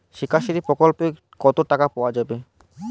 শিক্ষাশ্রী প্রকল্পে কতো টাকা পাওয়া যাবে?